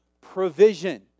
provision